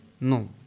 No